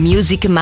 Music